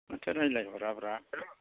माथो रायज्लायहराब्रा